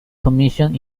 commission